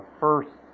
first